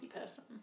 person